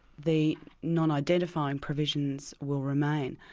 the non-identifying provisions will remain.